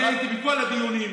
אני הייתי בכל הדיונים,